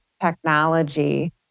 technology